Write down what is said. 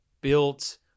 built